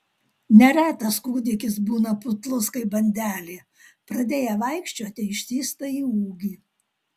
neretas kūdikis būna putlus kaip bandelė pradėję vaikščioti ištįsta į ūgį